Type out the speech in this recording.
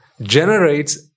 generates